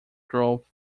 growth